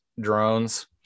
drones